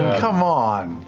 come on.